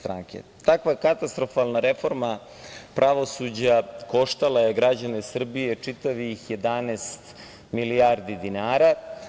Takva katastrofalna reforma pravosuđa koštala je građane Srbije čitavih 11 milijardi dinara.